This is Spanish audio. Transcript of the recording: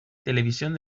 televisión